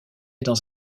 dans